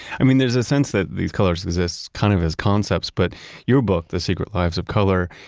i mean, there's a sense that these colors exists kind of as concepts, but your book, the secret lives of color,